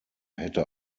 hätte